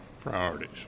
priorities